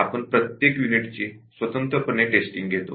आपण प्रत्येक युनिटसची स्वतंत्रपणे टेस्टिंग घेतो